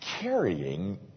carrying